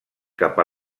cap